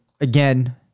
again